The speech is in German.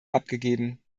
abgegeben